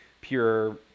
pure